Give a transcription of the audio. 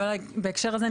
בהקשר הזה,